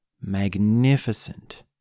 magnificent